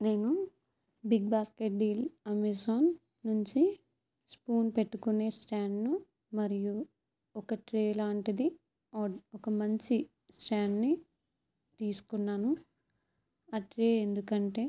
నేను big basket deal Amazon నుంచి spoon పెట్టుకునే స్టాండ్ను మరియు ఒక ట్రే లాంటిది ఒక మంచి స్టాండ్ని తీసుకున్నాను ఆ ట్రే ఎందుకంటే